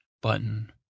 button